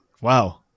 Wow